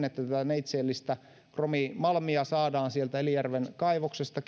että tätä neitseellistä kromimalmia saadaan sieltä elijärven kaivoksesta